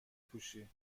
پوشی